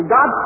God